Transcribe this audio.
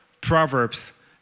Proverbs